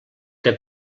que